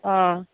অঁ